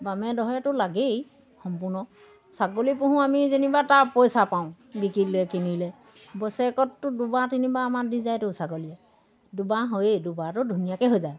বামে দহেটো লাগেই সম্পূৰ্ণ ছাগলী পোহোঁ আমি যেনিবা তাৰ পইচা পাওঁ বিকিলে কিনিলে বছৰেকতটো দুবাহ তিনিবাহ আমাৰ দি যায়তো ছাগলীয়ে দুবাহ হৈয়েই দুবাৰটো ধুনীয়াকৈ হৈ যায়